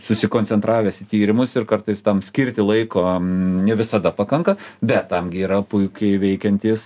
susikoncentravęs į tyrimus ir kartais tam skirti laiko ne visada pakanka bet tam gi yra puikiai veikiantys